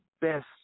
best